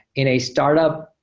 in a startup,